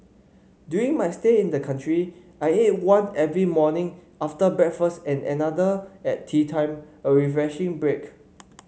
during my stay in the country I ate one every morning after breakfast and another at teatime a refreshing break